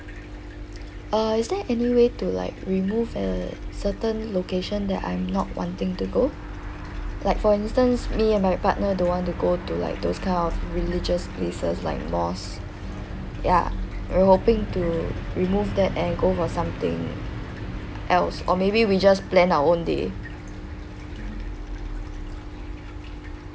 uh is there any way to like remove a certain location that I'm not wanting to go like for instance me and my partner don't want to go to like those kind of religious places like mosque ya we hoping to remove that and go for something else or maybe we just plan our own day